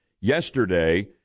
Yesterday